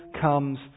comes